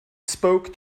spoke